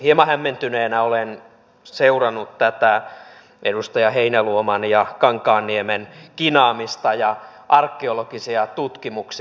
hieman hämmentyneenä olen seurannut tätä edustaja heinäluoman ja edustaja kankaanniemen kinaamista ja arkeologisia tutkimuksia